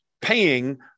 paying